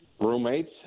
roommates